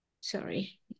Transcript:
Sorry